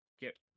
get